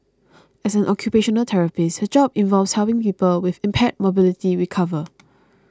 as an occupational therapist her job involves helping people with impaired mobility recover